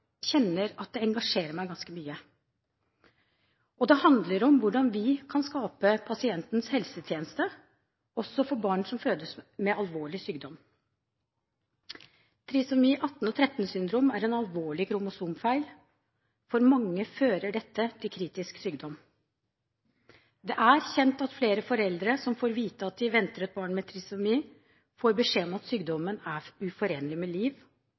jeg har fått kunnskap om dette temaet nå i det siste og kjenner at det engasjerer meg ganske mye. Det handler om hvordan vi kan skape pasientens helsetjeneste også for barn som fødes med alvorlig sykdom. Trisomi 13- og trisomi18-syndromene er en alvorlig kromosomfeil. For mange fører dette til kritisk sykdom. Det er kjent at flere foreldre som får vite at de venter et barn med trisomi, får beskjed om at sykdommen er uforenlig med